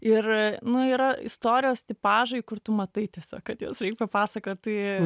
ir nu yra istorijos tipažai kur tu matai tiesiog kad jas reik papasakot tai